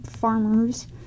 farmers